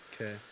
okay